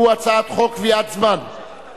שהוא הצעת חוק קביעת זמן (תיקון מס' 2),